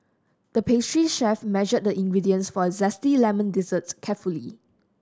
the pastry chef measured the ingredients for a zesty lemon dessert carefully